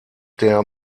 der